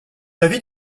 l’avis